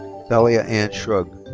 thaila ann schug.